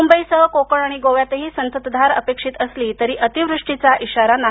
मुंबईसह कोकण आणि गोव्यातही संततधार अपेक्षित असली तरी अतिवृष्टीचा इशारा नाही